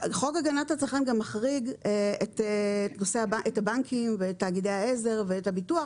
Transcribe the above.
הגנת הצרכן גם מחריג את הבנקים ואת תאגידי העזר ואת הביטוח,